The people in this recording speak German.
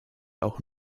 auch